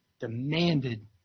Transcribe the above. demanded